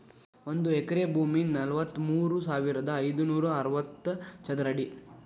ಒಂದ ಎಕರೆ ಭೂಮಿ ನಲವತ್ಮೂರು ಸಾವಿರದ ಐದನೂರ ಅರವತ್ತ ಚದರ ಅಡಿ